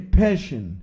passion